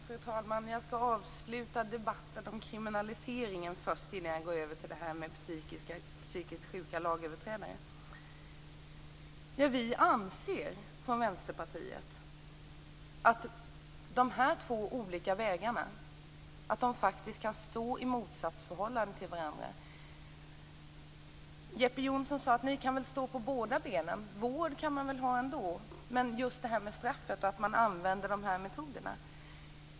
Fru talman! Jag skall först avsluta debatten om kriminalisering innan jag går över till detta med psykiskt sjuka lagöverträdare. Vi från Vänsterpartiet anser att dessa två olika vägar kan stå i motsatsförhållande till varandra. Jeppe Johnsson tyckte att vi kunde stå på båda benen, att man kunde ha vård ändå fast man använde sig av straff.